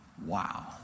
Wow